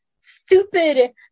stupid